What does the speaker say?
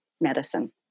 medicine